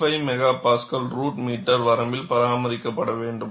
75 MPa root metre வரம்பில் பராமரிக்கப்பட வேண்டும்